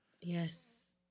Yes